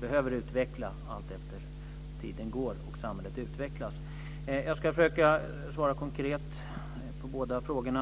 behöver utvecklas alltefter tiden går och samhället utvecklas. Jag ska försöka svara konkret på båda frågorna.